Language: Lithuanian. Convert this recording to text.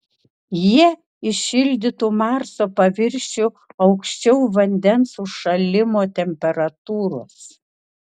jie įšildytų marso paviršių aukščiau vandens užšalimo temperatūros